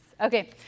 Okay